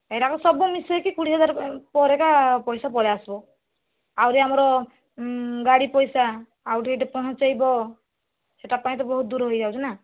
ଏରାକ ସବୁ ମିଶେଇକି କୋଡ଼ିଏ ହଜାର ପରେ ଏକା ପଇସା ପଳେଇ ଆସିବ ଆହୁରି ଆମର ଗାଡ଼ି ପଇସା ଆଉ ଏଇଠି ପହଞ୍ଚେଇବ ସେଇଟା ପାଇଁ ତ ବହୁତ ଦୂର ହେଇଯାଉଛି ନା